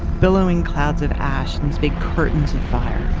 billowing clouds of ash and these big curtains of fire